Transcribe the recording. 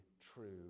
true